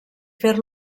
fer